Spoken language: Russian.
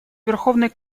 верховный